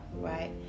right